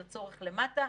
של הצורך למטה,